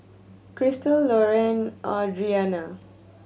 Crystal Loraine Audrianna